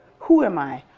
who am i?